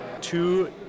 two